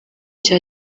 cya